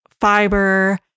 fiber